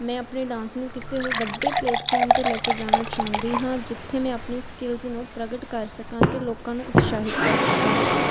ਮੈਂ ਆਪਣੇ ਡਾਂਸ ਨੂੰ ਕਿਸੇ ਹੋਰ ਵੱਡੇ ਪਲੇਟਫਾਰਮ 'ਤੇ ਲੈ ਕੇ ਜਾਣਾ ਚਾਹੁੰਦੀ ਹਾਂ ਜਿੱਥੇ ਮੈਂ ਆਪਣੀ ਸਕਿਲਸ ਨੂੰ ਪ੍ਰਗਟ ਕਰ ਸਕਾਂ ਅਤੇ ਲੋਕਾਂ ਨੂੰ ਉਤਸ਼ਾਹਿਤ ਕਰ ਸਕਾਂ